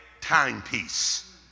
timepiece